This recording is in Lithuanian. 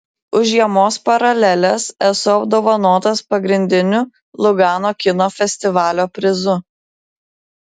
už žiemos paraleles esu apdovanotas pagrindiniu lugano kino festivalio prizu